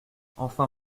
enfin